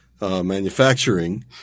manufacturing